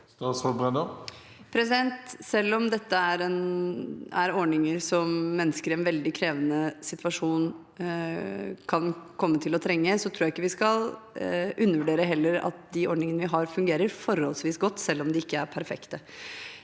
Selv om dette er ordninger som mennesker i en veldig krevende situasjon kan komme til å trenge, tror jeg ikke vi skal undervurdere at de ordningene vi har, fungerer forholdsvis godt, selv om de ikke er perfekte.